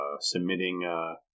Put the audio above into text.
submitting